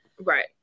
Right